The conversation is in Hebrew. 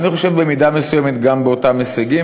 אני חושב שבמידה מסוימת גם באותם הישגים